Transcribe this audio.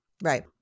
Right